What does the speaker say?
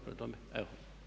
Prema tome, evo.